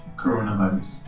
coronavirus